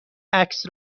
عکس